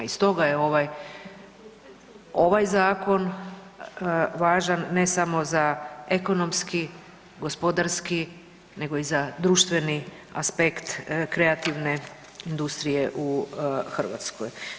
I stoga je ovaj zakon važan ne samo za ekonomski, gospodarski nego i za društveni aspekt kreativne industrije u Hrvatskoj.